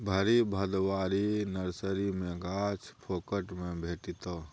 भरि भदवारी नर्सरी मे गाछ फोकट मे भेटितै